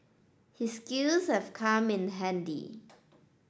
his skills have come in handy